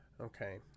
Okay